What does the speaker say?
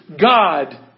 God